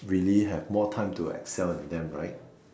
really have more time to excel in them right